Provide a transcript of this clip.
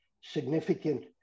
significant